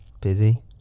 busy